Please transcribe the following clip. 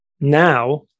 now